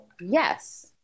Yes